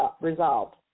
resolved